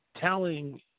telling